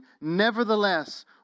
Nevertheless